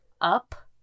Up